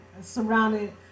surrounded